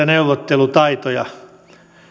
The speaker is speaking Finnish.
neuvottelutaitoja